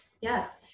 Yes